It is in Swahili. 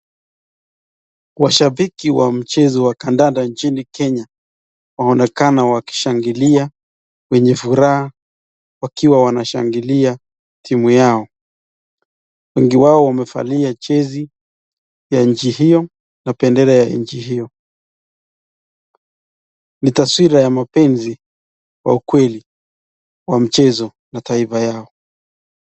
Washabiki wa mchezo wa kadada nchini Kenya waonekana wakishangilia kwenye furaha wakiwa wanashangilia timu yao. Wengi wao wamevalia jezi ya nchi hio na bendera ya nchi hio. Ni taswira ya mapenzi wa ukweli wa mchezo na taifa yao.